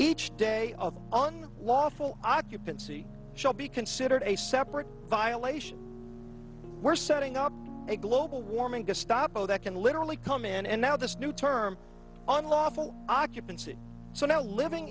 each day on lawful occupancy shall be considered a separate violation we're setting up a global warming gestapo that can literally come in and now this new term unlawful occupancy so now living